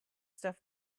stuff